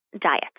diet